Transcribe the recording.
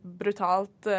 brutalt